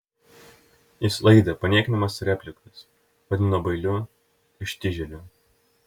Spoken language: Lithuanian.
jis laidė paniekinamas replikas vadino bailiu ištižėliu